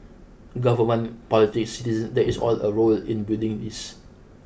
government politics citizens there is all a role in building this